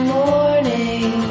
morning